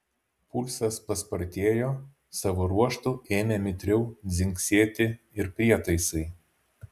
pulsas paspartėjo savo ruožtu ėmė mitriau dzingsėti ir prietaisai